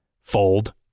fold